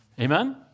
Amen